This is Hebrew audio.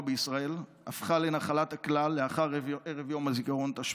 בישראל הפכו לנחלת הכלל לאחר ערב יום הזיכרון תשפ"א,